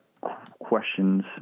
questions